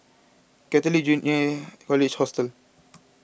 Catholic Junior College Hostel